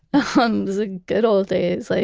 and was the good old days like